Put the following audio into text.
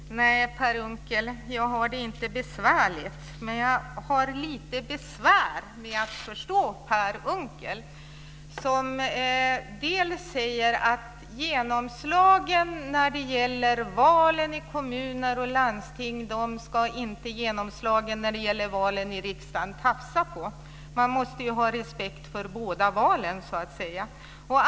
Fru talman! Nej, Per Unckel - jag har det inte besvärligt. Men jag har lite besvär med att förstå Per Unckel, som säger att förespråkare för den politik som fått genomslag i riksdagen inte ska tafsa på den politik som fått genomslag i kommuner och landsting. Man måste ha respekt för alla valen, så att säga.